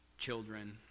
Children